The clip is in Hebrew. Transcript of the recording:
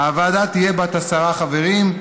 הוועדה תהיה בת עשרה חברים,